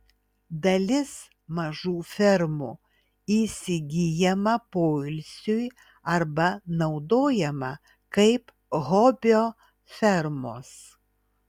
dalis mažų fermų įsigyjama poilsiui arba naudojama kaip hobio fermos